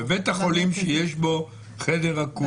בבית חולים שיש בו חדר אקוטי,